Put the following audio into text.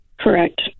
correct